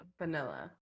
vanilla